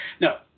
No